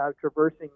traversing